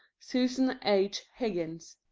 susan h. higgins